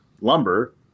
lumber